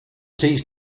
teach